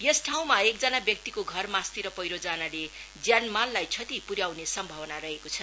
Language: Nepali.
यस ठाँउमा एकजना व्यक्तिको घर मास्तिर पैह्रो जानाले ज्यान माललाई क्षति पुर्याउने सम्भावना रहेको छ